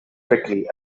prickly